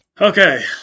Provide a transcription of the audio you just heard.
Okay